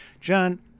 john